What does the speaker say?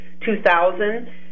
2,000